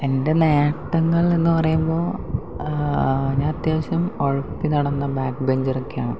എന്റെ നേട്ടങ്ങൾ എന്ന് പറയുമ്പോൾ ഞാൻ അത്യാവശ്യം ഉഴപ്പി നടന്ന ബാക്ക് ബഞ്ചറൊക്കെയാണ്